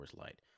Light